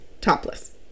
Topless